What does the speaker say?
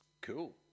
cool